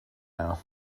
now